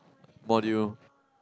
module